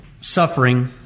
suffering